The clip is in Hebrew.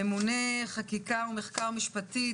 ממונה חקיקה ומחקר משפטי,